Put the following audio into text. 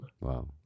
Wow